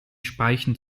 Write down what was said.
speichen